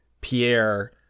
Pierre